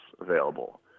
available